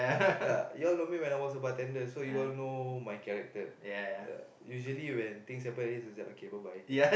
ya you all know me when I was a bartender so you all know my character yeah usually when things happen she's like okay bye bye